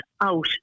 out